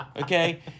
Okay